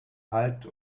halt